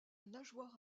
nageoire